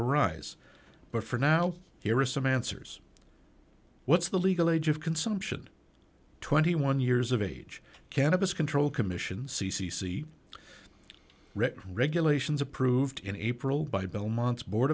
arise but for now here are some answers what's the legal age of consumption twenty one years of age cannabis control commission c c c regulations approved in april by belmont's board